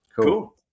Cool